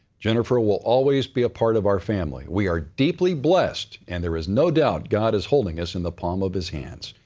jennifer will always be a part of our family. we are deeply blessed and there is no doubt god is holding us in the palm of his hands.